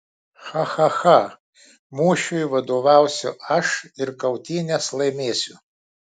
cha cha cha mūšiui vadovausiu aš ir kautynes laimėsiu